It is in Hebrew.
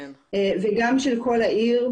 גם של כל העיר,